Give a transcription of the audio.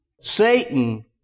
Satan